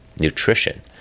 nutrition